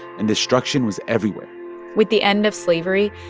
and destruction was everywhere with the end of slavery,